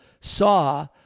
saw